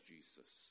Jesus